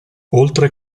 oltre